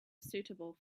suitable